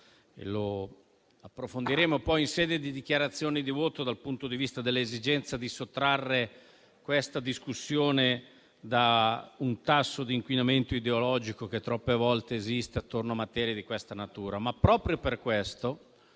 e le approfondiremo in fase di dichiarazioni di voto finali, nell'esigenza di sottrarre la discussione da un tasso di inquinamento ideologico che troppe volte esiste attorno a materie di siffatta natura. Proprio per questo,